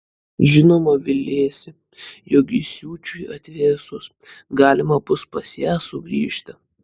žinoma viliesi jog įsiūčiui atvėsus galima bus pas ją sugrįžti